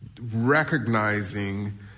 recognizing